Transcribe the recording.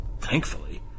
thankfully